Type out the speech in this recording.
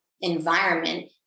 environment